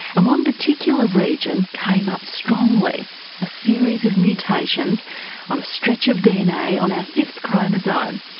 and one particular region came up strongly a series of mutations on a stretch of dna on our fifth chromosome.